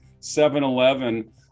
7-Eleven